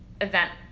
event